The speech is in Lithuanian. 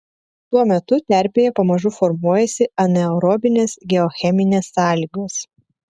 tuo metu terpėje pamažu formuojasi anaerobinės geocheminės sąlygos